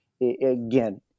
again